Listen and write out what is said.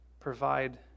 Provide